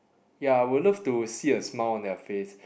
ya I would love to see a smile on their face